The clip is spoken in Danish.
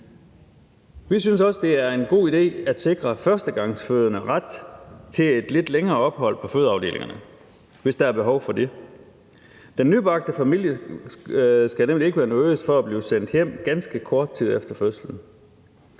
Vi synes også, det er en god idé at sikre førstegangsfødende ret til et lidt længere ophold på fødeafdelingerne, hvis der er behov for det. Den nybagte familie skal nemlig ikke være nervøs for at blive sendt hjem ganske kort tid efter fødslen.